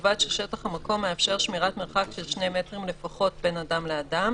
ובלבד ששטח המקום מאפשר שמירת מרחק של 2 מטרים לפחות בין אדם לאדם,